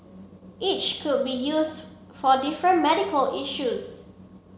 each could be used for different medical issues